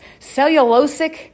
cellulosic